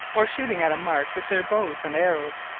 or shooting at a mark with their bows and arrows,